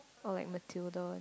or like Matilda